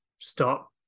stop